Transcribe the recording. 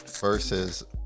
versus